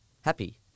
happy